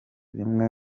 rimwe